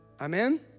Amen